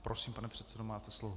Prosím, pane předsedo, máte slovo.